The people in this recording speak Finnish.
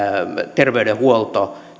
terveydenhuolto